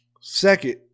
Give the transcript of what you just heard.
Second